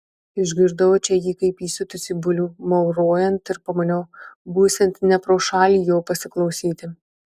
išgirdau čia jį kaip įsiutusį bulių maurojant ir pamaniau būsiant ne pro šalį jo pasiklausyti